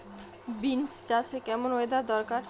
Beans চাষে কেমন weather দরকার?